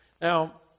Now